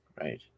Right